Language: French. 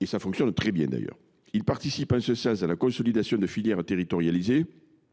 Ces projets fonctionnent très bien. Ils participent à la consolidation de filières territorialisées,